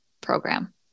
program